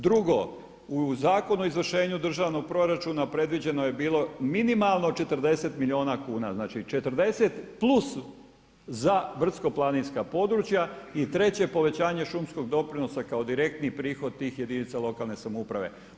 Drugo, u Zakonu o izvršenju državnog proračuna predviđeno je bilo minimalno 40 milijuna kuna, znači 40 plus za brdsko-planinska područja i treće, povećanje šumskog doprinosa kao direktni prihod tih jedinica lokalne samouprave.